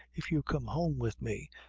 if you come home with me,